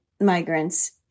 migrants